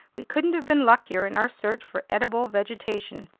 we couldn't have been luckier in our search for edible vegetation,